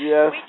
Yes